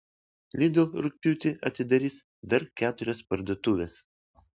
lidl rugpjūtį atidarys dar keturias parduotuves